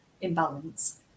imbalance